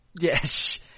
Yes